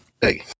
Hey